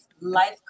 Life